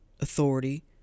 authority